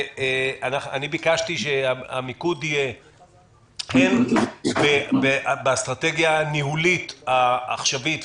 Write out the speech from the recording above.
ביקשתי שהמיקוד יהיה הן באסטרטגיה הניהולית העכשווית,